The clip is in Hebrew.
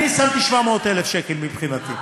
אני שמתי 700,000 שקל, מבחינתי.